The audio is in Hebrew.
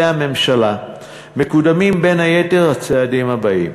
הממשלה מקודמים בין היתר הצעדים הבאים: